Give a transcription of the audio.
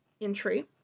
entry